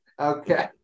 okay